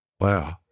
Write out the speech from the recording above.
wow